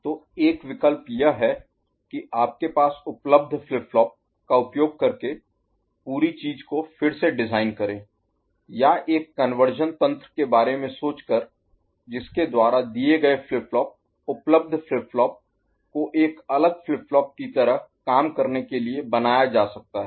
तो एक विकल्प यह है कि आपके पास उपलब्ध फ्लिप फ्लॉप का उपयोग करके पूरी चीज़ को फिर से डिज़ाइन करें या एक कन्वर्शन तंत्र के बारे में सोचकर जिसके द्वारा दिए गए फ्लिप फ्लॉप उपलब्ध फ्लिप फ्लॉप को एक अलग फ्लिप फ्लॉप की तरह काम करने के लिए बनाया जा सकता है